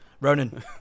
Ronan